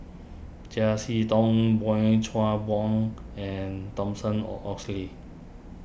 Chiam See Tong Boey Chuan Poh and Thomson or Oxley